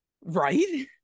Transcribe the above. Right